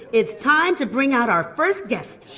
it's time to bring out our first guest.